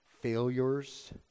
failures